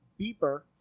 Beeper